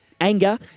anger